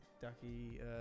ducky